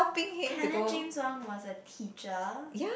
canon James-Wong was a teacher